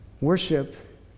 Worship